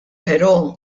però